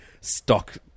stock